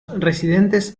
residentes